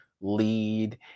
lead